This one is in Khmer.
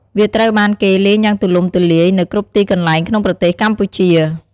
វាត្រូវបានគេលេងយ៉ាងទូលំទូលាយនៅគ្រប់ទីកន្លែងក្នុងប្រទេសកម្ពុជា។